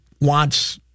wants